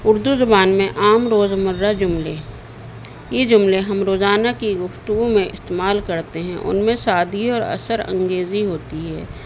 اردو زبان میں عام روز مرہ جملے یہ جملے ہم روزانہ کی گفتوگؤ میں استعمال کرتے ہیں ان میں شادی اور اثر انگیزی ہوتی ہے